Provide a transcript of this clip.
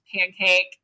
pancake